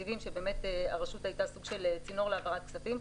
באמת הרשות הייתה סוג של צינור להעברת כספים.